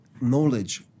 knowledge